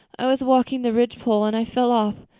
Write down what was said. i was walking the ridgepole and i fell off.